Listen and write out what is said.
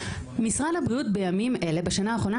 משרד הבריאות בימים אלה בשנה האחרונה